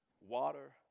Water